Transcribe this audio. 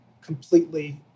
completely